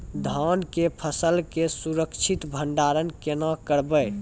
धान के फसल के सुरक्षित भंडारण केना करबै?